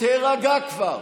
תירגע כבר.